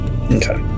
okay